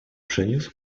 przyniósł